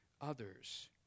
others